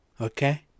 Okay